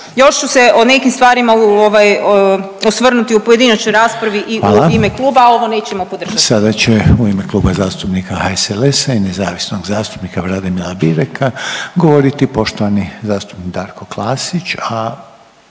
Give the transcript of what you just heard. Još ću se o nekim stvarima ovaj osvrnuti u pojedinačnoj raspravi i u …/Upadica Reiner: Hvala/…kluba, a ovo nećemo podržati. **Reiner, Željko (HDZ)** Sada će u ime Kluba zastupnika HSLS-a i nezavisnog zastupnika Vladimira Bileka govoriti poštovani zastupnik Darko Klasić,